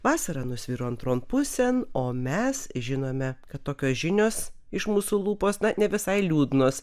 vasarą nusviro antron pusėn o mes žinome kad tokios žinios iš mūsų lūposna ne visai liūdnos